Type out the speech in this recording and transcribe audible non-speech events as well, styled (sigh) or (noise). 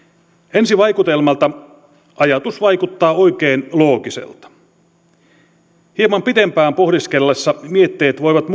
ensi vaikutelmalta ajatus vaikuttaa oikein loogiselta hieman pitempään pohdiskeltaessa mietteet voivat (unintelligible)